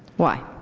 why?